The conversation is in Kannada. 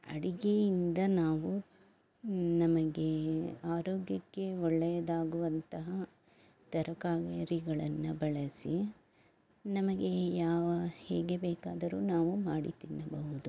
ಅಡಿಗೆಯಿಂದ ನಾವು ನಮಗೆ ಆರೋಗ್ಯಕ್ಕೆ ಒಳ್ಳೆಯದಾಗುವಂತಹ ತರಕಾರಿಗಳನ್ನು ಬಳಸಿ ನಮಗೆ ಯಾವ ಹೇಗೆ ಬೇಕಾದರೂ ನಾವು ಮಾಡಿ ತಿನ್ನಬಹುದು